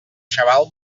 xaval